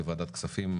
כוועדת כספים,